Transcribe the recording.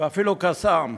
ואפילו "קסאם".